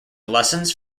lessons